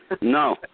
No